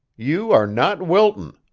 you are not wilton.